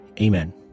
Amen